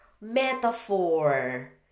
metaphor